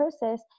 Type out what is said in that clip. process